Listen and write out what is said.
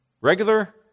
Regular